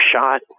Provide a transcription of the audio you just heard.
shot